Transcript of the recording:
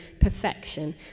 perfection